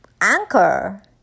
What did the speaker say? anchor